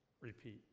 Repeat